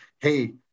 hey